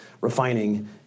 refining